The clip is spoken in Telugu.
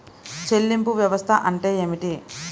చెల్లింపు వ్యవస్థ అంటే ఏమిటి?